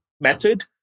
method